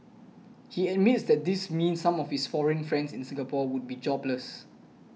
he admits that this means some of his foreign friends in Singapore would be jobless